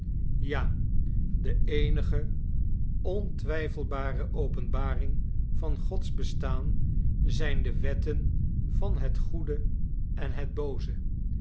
ja de eenige ontwijfelbare openbaring van gods bestaan zijn de wetten van het goede en het booze